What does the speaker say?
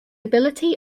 ability